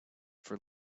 for